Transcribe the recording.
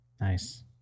nice